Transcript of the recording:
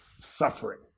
suffering